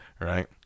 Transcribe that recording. right